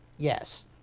Yes